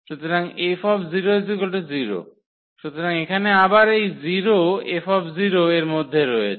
সুতরাং 𝐹 0 সুতরাং এখানে আবার এই 0 F এর মধ্যে রয়েছে